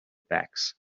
backs